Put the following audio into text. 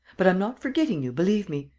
but i'm not forgetting you, believe me!